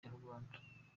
kinyarwanda